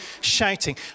shouting